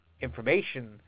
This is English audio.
information